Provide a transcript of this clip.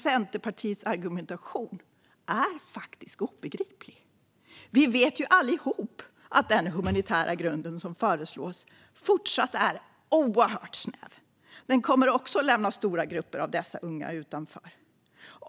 Centerpartiets argumentation är faktiskt obegriplig. Vi vet ju alla att den humanitära grund som föreslås fortsatt är oerhört snäv. Den kommer också att lämna stora grupper av dessa unga utanför.